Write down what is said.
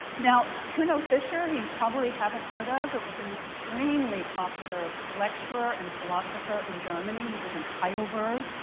now kuno fischer you probably haven't heard of, but was an extremely popular lecturer and philosopher in germany. he was in heidelberg,